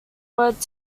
word